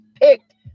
picked